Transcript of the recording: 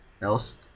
else